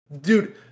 Dude